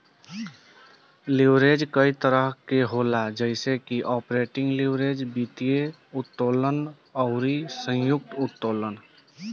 leverage कई तरही के होला जइसे की आपरेटिंग लीवरेज, वित्तीय उत्तोलन अउरी संयुक्त उत्तोलन